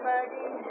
Maggie